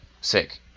sick